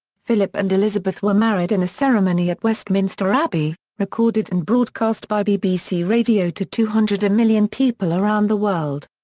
philip and elizabeth were married in a ceremony at westminster abbey, recorded and broadcast by bbc radio to two hundred million people around the world.